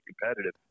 competitive